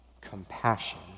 compassion